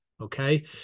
Okay